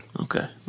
Okay